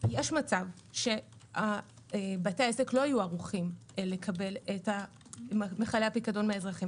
יש מצב שבתי העסק לא יהיו ערוכים לקבל את מכלי הפיקדון מהאזרחים,